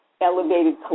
elevated